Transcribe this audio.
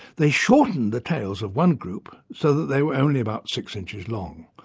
they shortened the tails of one group, so that they were only about six inches long.